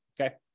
okay